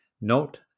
Note